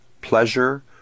pleasure